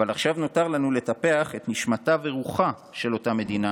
אבל עכשיו נותר לנו לטפח את נשמתה ורוחה של אותה מדינה